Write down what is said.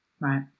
Right